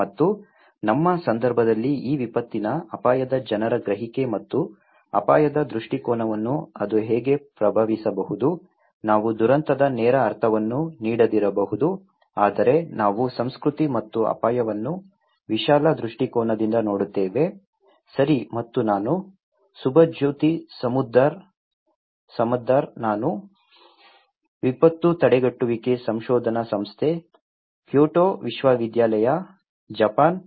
ಮತ್ತು ನಮ್ಮ ಸಂದರ್ಭದಲ್ಲಿ ಈ ವಿಪತ್ತಿನ ಅಪಾಯದ ಜನರ ಗ್ರಹಿಕೆ ಮತ್ತು ಅಪಾಯದ ದೃಷ್ಟಿಕೋನವನ್ನು ಅದು ಹೇಗೆ ಪ್ರಭಾವಿಸಬಹುದು ನಾವು ದುರಂತದ ನೇರ ಅರ್ಥವನ್ನು ನೀಡದಿರಬಹುದು ಆದರೆ ನಾವು ಸಂಸ್ಕೃತಿ ಮತ್ತು ಅಪಾಯವನ್ನು ವಿಶಾಲ ದೃಷ್ಟಿಕೋನದಿಂದ ನೋಡುತ್ತೇವೆ ಸರಿ ಮತ್ತು ನಾನು ಸುಭಜ್ಯೋತಿ ಸಮದ್ದಾರ್ ನಾನು ವಿಪತ್ತು ತಡೆಗಟ್ಟುವಿಕೆ ಸಂಶೋಧನಾ ಸಂಸ್ಥೆ ಕ್ಯೋಟೋ ವಿಶ್ವವಿದ್ಯಾಲಯ ಜಪಾನ್